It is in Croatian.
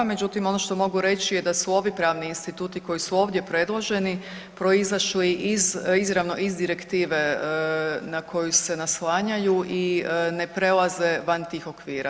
Međutim, ono što mogu reći je da su ovi pravni instituti koji su ovdje predloženi proizašli izravno iz direktive na koju se naslanjaju i ne prelaze van tih okvira.